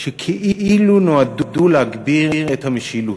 שכאילו נועדו להגביר את המשילות.